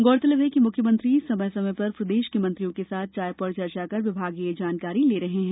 गौरतलब है कि मुख्यमंत्री समय समय पर प्रदेश के मंत्रियों के साथ चाय पर चर्चा कर विभागीय जानकारी ले रहे हैं